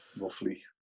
Roughly